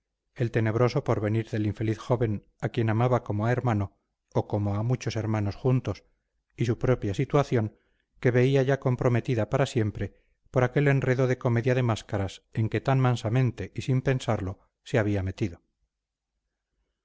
el tenebroso porvenir del infeliz joven a quien amaba como a hermano o como a muchos hermanos juntos y su propia situación que veía ya comprometida para siempre por aquel enredo de comedia de máscaras en que tan mansamente y sin pensarlo se había metido